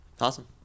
Awesome